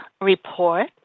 report